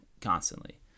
constantly